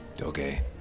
Okay